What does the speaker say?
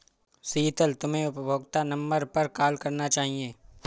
शीतल, तुम्हे उपभोक्ता नंबर पर कॉल करना चाहिए